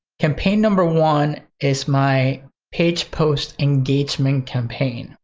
campaign number one is my page post engagement campaign.